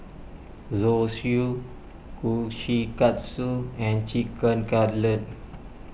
Zosui Kushikatsu and Chicken Cutlet